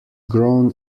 grown